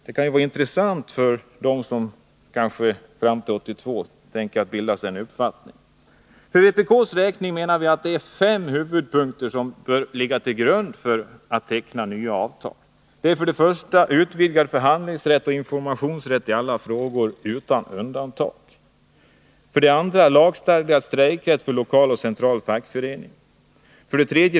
Det skulle vara intressant att veta för dem som vill bilda sig en uppfattning fram till 1982. Vpk menar att det är fem huvudpunkter som bör ligga till grund för nya avtal. 3.